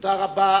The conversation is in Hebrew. תודה רבה.